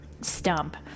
stump